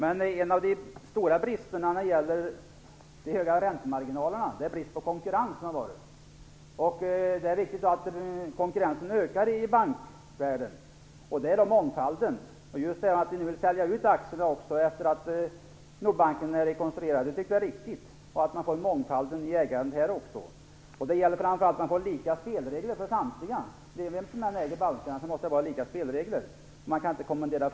En av de stora bristerna när det gäller de höga räntemarginalerna är bristen på konkurrens. Det är viktigt att konkurrensen ökar i bankvärlden. Det handlar då om mångfalden. Att man vill sälja ut aktier efter det att Nordbanken rekonstruerade, tycker vi är riktigt, så att man får mångfalden i ägandet även här. Det gäller framför allt att ha samma spelregler för alla oavsett vem som äger bankerna.